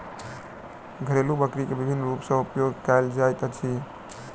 घरेलु बकरी के विभिन्न रूप सॅ उपयोग कयल जाइत अछि